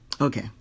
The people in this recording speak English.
Okay